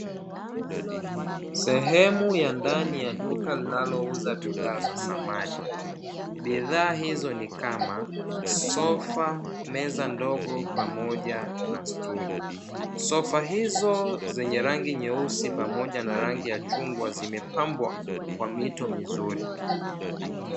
Sehemu ya ndani ya duka linalouza bidhaa za samani, bidhaa hizo ni kama sofa, meza ndogo pamoja na stuli. Sofa hizo zenye rangi nyeusi pamoja na rangi ya chungwa zimepambwa kwa mito mizuri